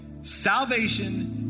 Salvation